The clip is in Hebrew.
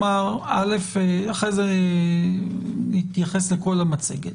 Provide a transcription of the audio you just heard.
אחרי זה נתייחס לכל המצגת.